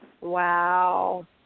Wow